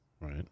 right